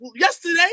yesterday